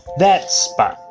that's spot.